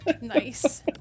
Nice